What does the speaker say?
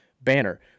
Banner